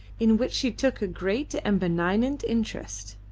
in which she took a great and benignant interest.